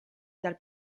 dal